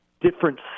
different